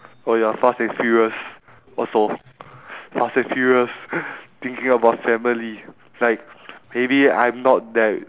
oh ya fast and furious also fast and furious thinking about family like maybe I'm not that